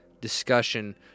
discussion